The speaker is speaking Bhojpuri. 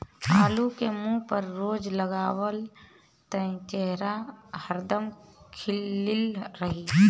आलू के मुंह पर रोज लगावअ त चेहरा हरदम खिलल रही